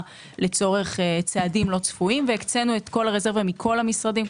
לצורך צעדים לא צפויים והקצינו את כל הרזרבה מכל המשרדים,